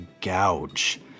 gouge